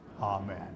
amen